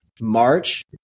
March